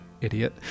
idiot